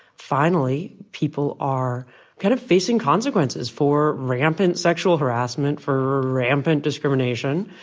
finally, people are kind of facing consequences for rampant sexual harassment, for rampant discrimination.